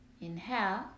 inhale